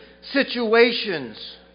situations